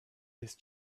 his